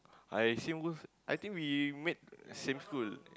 I same goes I think we met same school